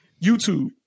YouTube